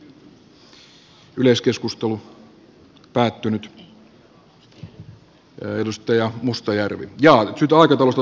aikataulusta on syytä todeta seuraavaa